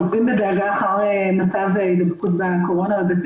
עוקבים בדאגה אחר מצב ההידבקות בקורונה בבת